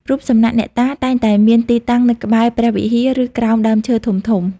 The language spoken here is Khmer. រូបសំណាកអ្នកតា តែងតែមានទីតាំងនៅក្បែរព្រះវិហារ ឬក្រោមដើមឈើធំៗ។